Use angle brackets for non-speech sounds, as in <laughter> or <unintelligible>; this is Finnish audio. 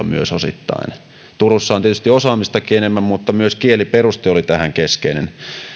<unintelligible> myös kieliperusteella turussa on tietysti osaamistakin enemmän mutta myös kieliperuste oli tässä keskeinen